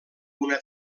una